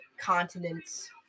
continents